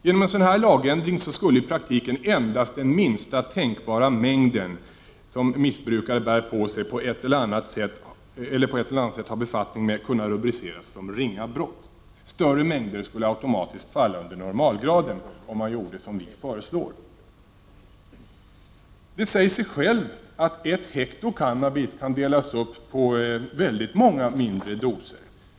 Genom en sådan lagändring skulle i praktiken endast minsta tänkbara mängd som missbrukare bär på sig eller på annat sätt har befattning med kunna rubriceras som ringa brott. Större mängder skulle automatiskt hänföras till normalgraden enligt vårt förslag. Det säger sig självt att I hekto cannabis kan delas upp på väldigt många mindre doser.